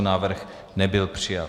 Návrh nebyl přijat.